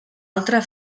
altra